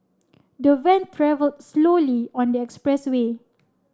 the van travelled slowly on the expressway